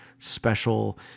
special